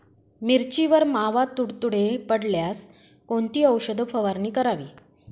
मिरचीवर मावा, तुडतुडे पडल्यास कोणती औषध फवारणी करावी?